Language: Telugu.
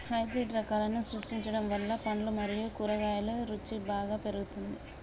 హైబ్రిడ్ రకాలను సృష్టించడం వల్ల పండ్లు మరియు కూరగాయల రుసి బాగా పెరుగుతుంది